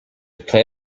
play